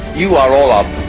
you are all of